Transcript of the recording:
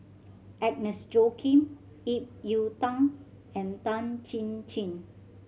Agnes Joaquim Ip Yiu Tung and Tan Chin Chin